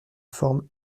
forme